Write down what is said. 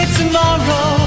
tomorrow